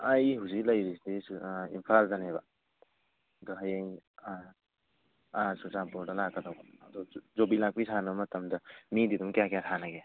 ꯑꯩ ꯍꯧꯖꯤꯛ ꯂꯩꯔꯤꯁꯦ ꯏꯝꯐꯥꯜꯗꯅꯦꯕ ꯑꯗꯨ ꯍꯌꯦꯡ ꯑꯥ ꯑꯥ ꯆꯨꯔꯥꯆꯥꯟꯄꯨꯔꯗ ꯂꯥꯛꯀꯗꯧꯕ ꯑꯗꯣ ꯌꯨꯕꯤ ꯂꯥꯛꯄꯤ ꯁꯥꯟꯅꯕ ꯃꯇꯝꯗ ꯃꯤꯗꯤ ꯑꯗꯨꯝ ꯀꯌꯥ ꯀꯌꯥ ꯁꯥꯟꯅꯒꯦ